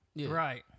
Right